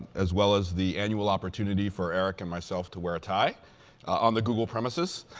as well as the annual opportunity for eric and myself to wear a tie on the google premises.